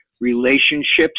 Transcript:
relationships